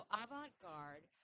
avant-garde